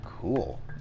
Cool